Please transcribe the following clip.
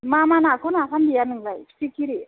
मा मा नाखौ नाफाम देया नोंलाय फिथिख्रि